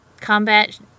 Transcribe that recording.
combat